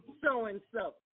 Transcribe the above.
so-and-so